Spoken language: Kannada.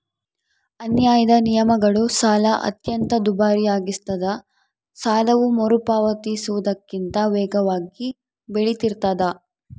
ಅನ್ಯಾಯದ ನಿಯಮಗಳು ಸಾಲ ಅತ್ಯಂತ ದುಬಾರಿಯಾಗಿಸ್ತದ ಸಾಲವು ಮರುಪಾವತಿಸುವುದಕ್ಕಿಂತ ವೇಗವಾಗಿ ಬೆಳಿತಿರ್ತಾದ